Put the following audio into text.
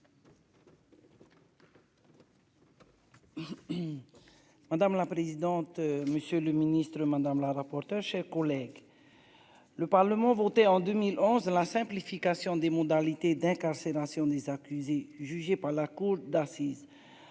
Madame la présidente, monsieur le ministre madame la rapporteure, chers collègues, le Parlement, votée en 2011 : la simplification des modalités d'incarcération des accusés jugés par la cour d'assises,